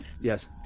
Yes